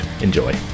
Enjoy